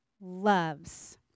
loves